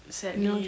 sadly